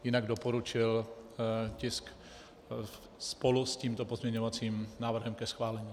Jinak doporučil tisk spolu s tímto pozměňovacím návrhem ke schválení.